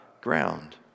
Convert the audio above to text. ground